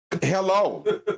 Hello